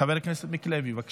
חבר הכנסת מיקי לוי, בבקשה.